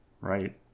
Right